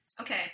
Okay